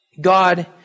God